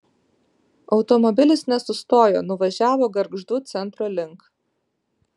automobilis nesustojo nuvažiavo gargždų centro link